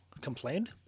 Complained